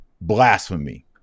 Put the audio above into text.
Blasphemy